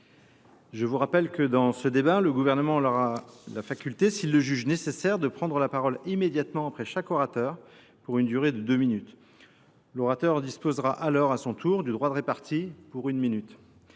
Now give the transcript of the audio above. Je vous rappelle que, dans ce débat, le Gouvernement aura la faculté, s’il le juge nécessaire, de prendre la parole immédiatement après chaque orateur pour une durée de deux minutes ; l’orateur disposera alors à son tour du droit de répartie, pour une minute.